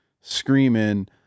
screaming